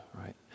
right